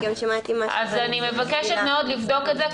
אז אני מבקשת מאוד לבדוק את זה,